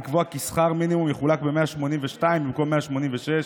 ולקבוע כי שכר מינימום יחולק ב-182 במקום ב-186.